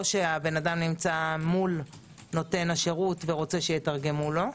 או האדם נמצא מול נותן השירות ורוצה שיתרגמו לו.